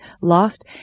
lost